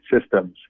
systems